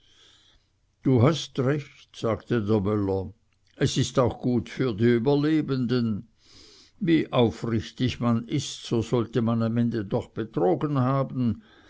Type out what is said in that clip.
du hast recht sagte der müller es ist auch gut für die überlebenden wie aufrichtig man ist so sollte man am ende doch betrogen haben